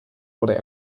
wurde